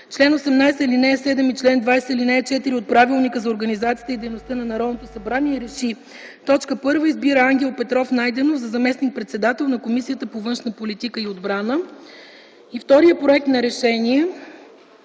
чл. 18, ал. 7 и чл. 20, ал. 4 от Правилника за организацията и дейността на Народното събрание, Р Е Ш И: Избира Ангел Петров Найденов за заместник-председател на Комисията по външна политика и отбрана”. Вторият проект за решение